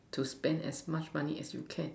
to spend as much money as you can